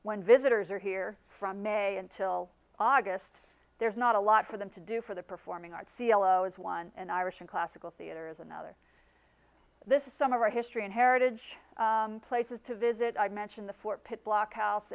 when visitors are here from may until august there's not a lot for them to do for the performing arts e l o is one and irish in classical theater is another this is some of our history and heritage places to visit i mention the fort pitt block house